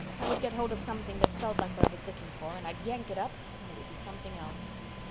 i would get hold of something that felt like what i was looking for, and i'd yank it up, and it would be something else.